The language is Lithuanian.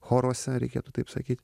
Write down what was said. choruose reikėtų taip sakyt